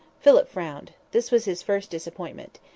philip frowned. this was his first disappointment.